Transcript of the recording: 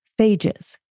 phages